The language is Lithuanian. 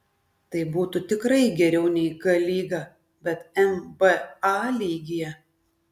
tai būtų tikrai geriau nei g lyga bet nba lygyje